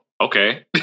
Okay